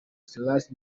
salus